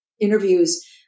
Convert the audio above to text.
interviews